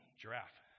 giraffe